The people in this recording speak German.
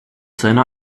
seiner